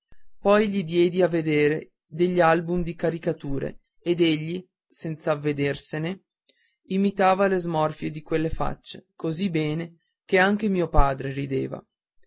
poi gli diedi a vedere degli album di caricature ed egli senz'avvedersene imitava le smorfie di quelle facce così bene che anche mio padre rideva